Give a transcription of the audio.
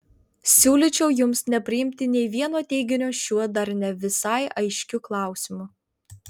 siūlyčiau jums nepriimti nė vieno teiginio šiuo dar ne visai aiškiu klausimu